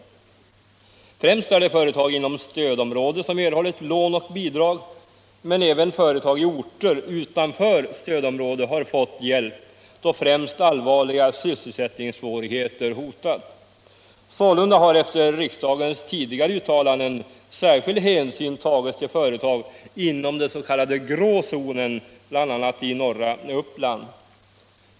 Främst är det företag inom stödområdet som erhållit lån och bidrag, men även företag i orter utanför stödområdet har fått hjälp, framför allt när allvarliga sysselsättningssvårigheter hotat. Sålunda har efter riksdagens tidigare uttalanden särskild hänsyn tagits till företag inom den s.k. grå zonen, bl.a. i norra Uppland.